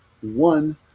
one